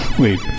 Wait